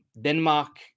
Denmark